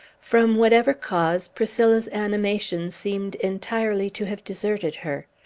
from whatever cause, priscilla's animation seemed entirely to have deserted her.